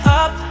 up